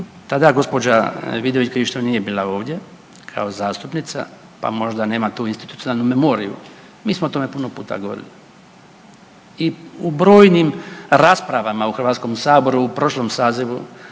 tada gospođa Vidović Krišto nije bila ovdje kao zastupnica pa možda nema tu institucionalnu memoriju, mi smo o tome puno puta govorili. I u brojnim raspravama u Hrvatskom saboru u prošlom sazivu